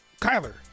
Kyler